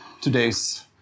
today's